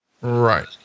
Right